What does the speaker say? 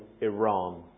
Iran